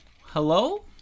Hello